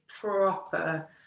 proper